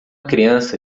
criança